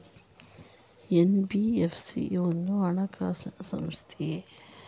NBFC ಒಂದು ಹಣಕಾಸು ಸಂಸ್ಥೆಯೇ?